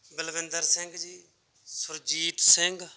Balwinder Singh ji Surjit Singh